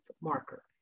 marker